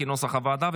כנוסח הוועדה.